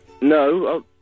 No